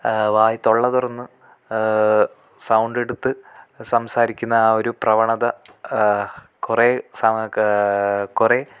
വായി തൊള്ള തുറന്ന് സൗണ്ടെടുത്ത് സംസാരിക്കുന്ന ആ ഒരു പ്രവണത കുറെ സമകാ കുറെ